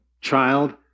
child